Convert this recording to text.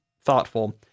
thoughtful